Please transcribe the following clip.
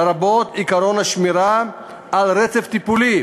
לרבות עקרון השמירה על רצף טיפולי.